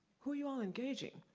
who are y'all engaging?